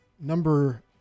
Number